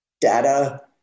data